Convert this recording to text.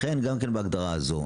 לכן גם בהגדרה הזאת,